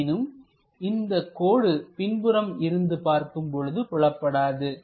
எனினும் இந்தக் கோடு பின்புறம் இருந்து பார்க்கும் பொழுது புலப்படாது